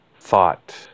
thought